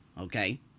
okay